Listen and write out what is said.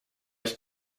ich